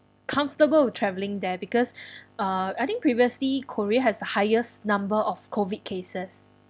comfortable with travelling there because uh I think previously korea has the highest number of COVID cases